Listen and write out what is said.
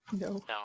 No